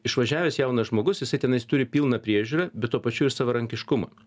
išvažiavęs jaunas žmogus jisai tenais turi pilną priežiūrą bet tuo pačiu ir savarankiškumą